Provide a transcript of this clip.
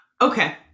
okay